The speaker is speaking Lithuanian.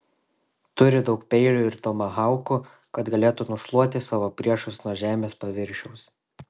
turi daug peilių ir tomahaukų kad galėtų nušluoti savo priešus nuo žemės paviršiaus